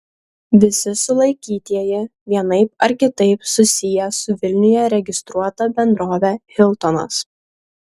visi sulaikytieji vienaip ar kitaip susiję su vilniuje registruota bendrove hiltonas